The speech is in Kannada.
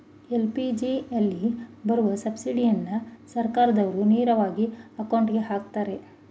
ಎಲ್.ಪಿ.ಜಿಯಲ್ಲಿ ಬರೋ ಸಬ್ಸಿಡಿನ ಸರ್ಕಾರ್ದಾವ್ರು ನೇರವಾಗಿ ಅಕೌಂಟ್ಗೆ ಅಕ್ತರೆ